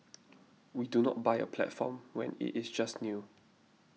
we do not buy a platform when it is just new